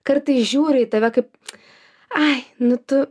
kartais žiūri į tave kaip ai nu tu